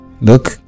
Look